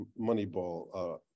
Moneyball